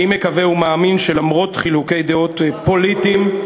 יש חולקים.